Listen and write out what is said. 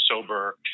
sober